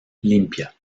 limpia